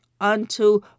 unto